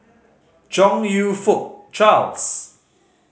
Chong You Fook Charles